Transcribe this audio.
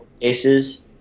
cases